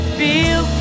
feel